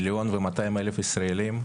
עלייה של 1.2 מיליון ישראלים.